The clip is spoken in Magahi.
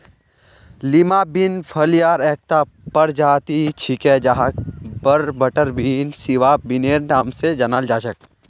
लीमा बिन फलियार एकता प्रजाति छिके जहाक बटरबीन, सिवा बिनेर नाम स जानाल जा छेक